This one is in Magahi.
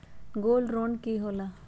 गोल्ड ऋण की होला?